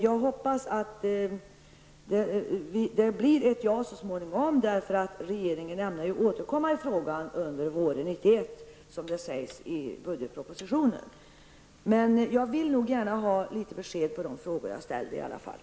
Jag hoppas att det blir ett ja så småningom, därför att regeringen ämnar återkomma i frågan under våren 1991, vilket sägs i budgetpropositionen. Men jag vill gärna ha besked när det gäller de frågor som jag har ställt.